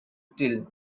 still